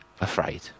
afraid